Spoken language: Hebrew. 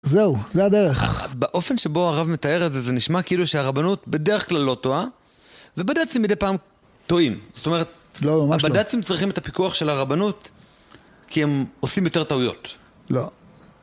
זהו, זה הדרך. אה, באופן שבו הרב מתאר את זה, זה נשמע כאילו שהרבנות בדרך כלל לא טועה ובד״צים מדי פעם טועים. זאת אומרת, הבד״צים צריכים את הפיקוח של הרבנות כי הם עושים יותר טעויות. לא.